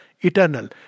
Eternal